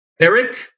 Eric